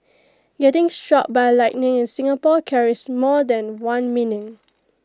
getting struck by lightning in Singapore carries more than one meaning